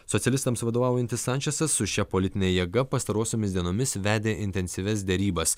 socialistams vadovaujantis sančesas su šia politine jėga pastarosiomis dienomis vedė intensyvias derybas